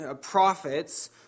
prophets